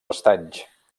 estanys